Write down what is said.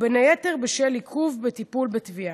בין היתר בשל עיכוב בטיפול בתביעה.